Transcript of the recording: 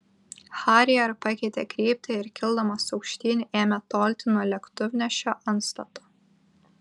harrier pakeitė kryptį ir kildamas aukštyn ėmė tolti nuo lėktuvnešio antstato